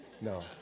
no